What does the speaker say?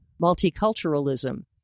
multiculturalism